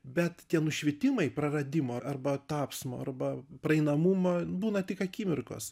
bet tie nušvitimai praradimo arba tapsmo arba praeinamumą būna tik akimirkos